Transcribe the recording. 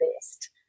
best